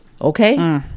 okay